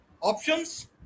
options